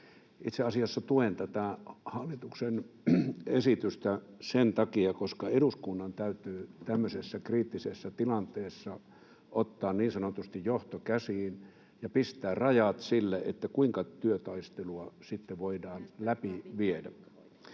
Itse asiassa tuen tätä hallituksen esitystä sen takia, että eduskunnan täytyy tämmöisessä kriittisessä tilanteessa ottaa niin sanotusti johto käsiin ja pistää rajat sille, kuinka työtaistelua voidaan läpi viedä.